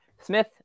Smith